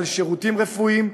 על שירותים רפואיים,